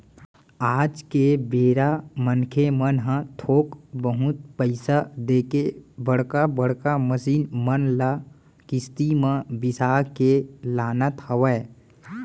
आज के बेरा मनखे मन ह थोक बहुत पइसा देके बड़का बड़का मसीन मन ल किस्ती म बिसा के लानत हवय